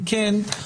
אם כן,